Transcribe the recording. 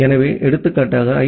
எனவே எடுத்துக்காட்டாக ஐ